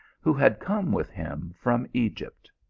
who had come with him from egypt.